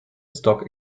stock